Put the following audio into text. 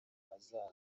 hazaza